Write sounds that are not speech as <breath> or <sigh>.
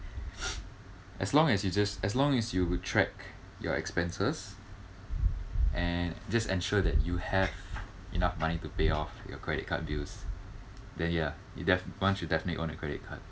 <breath> as long as you just as long as you track your expenses and just ensure that you have enough money to pay off your credit card bills then ya you def~ one should definitely own a credit card